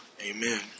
amen